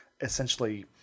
essentially